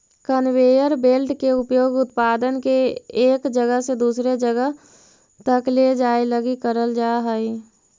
conveyor belt के उपयोग उत्पाद के एक जगह से दूसर जगह तक ले जाए लगी करल जा हई